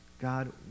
God